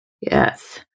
Yes